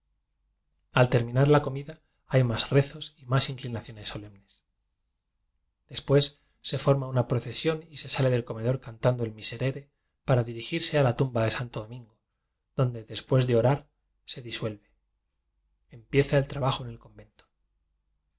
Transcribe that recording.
ai terminar la comida hay más rezos y más inclinaciones solemnes después se forma una procesión y se sale del comedor cantando el miserere para di rigirse a la tumba de santo domingo don de después de orar se disuelve empieza el trabajo en el convento